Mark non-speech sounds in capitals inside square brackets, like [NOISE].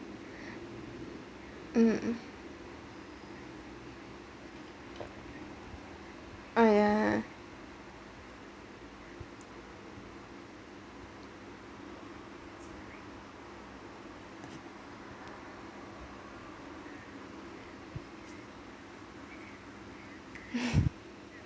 um uh yeah [LAUGHS]